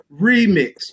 remix